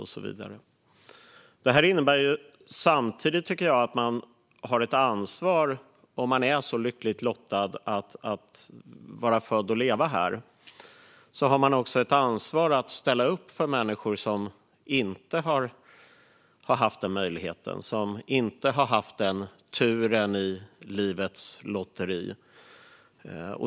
Om man är så lyckligt lottad att man är född att leva här innebär det samtidigt, tycker jag, att man har ett ansvar att ställa upp för människor som inte har haft den möjligheten eller den turen i livets lotteri.